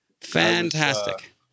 Fantastic